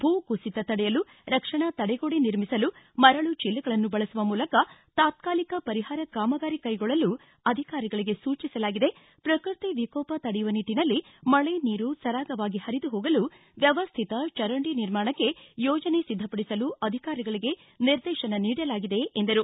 ಭೂ ಕುಸಿತ ತಡೆಯಲು ರಕ್ಷಣಾ ತಡೆಗೋಡೆ ನಿರ್ಮಿಸಲು ಮರಳು ಚೀಲಗಳನ್ನು ಬಳಸುವ ಮೂಲಕ ತಾತಾಲಿಕ ಪರಿಹಾರ ಕಾಮಗಾರಿ ಕೈಗೊಳ್ಳಲು ಅಧಿಕಾರಿಗಳಗೆ ಸೂಚಿಸಲಾಗಿದೆ ಶ್ರಕೃತಿ ವಿಕೋಪ ತಡೆಯುವ ನಿಟ್ಟನಲ್ಲಿ ಮಳೆ ನೀರು ಸಾರಾಗವಾಗಿ ಹರಿದು ಹೋಗಲು ವ್ವವ್ಯತ ಚರಂಡಿ ನಿರ್ಮಾಣಕ್ಕೆ ಯೋಜನೆ ಸಿದ್ಧಪಡಿಸಲು ಅಧಿಕಾರಿಗಳಿಗೆ ನಿರ್ದೇಶನ ನೀಡಲಾಗಿದೆ ಎಂದರು